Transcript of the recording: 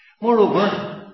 Moreover